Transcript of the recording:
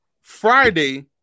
Friday